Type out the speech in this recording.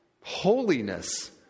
holiness